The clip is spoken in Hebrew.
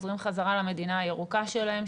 חוזרים חזרה למדינה הירוקה שלהם,